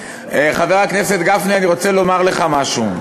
הזמן שלך, חבר הכנסת גפני, אני רוצה לומר לך משהו.